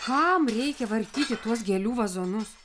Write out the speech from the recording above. kam reikia vartyti tuos gėlių vazonus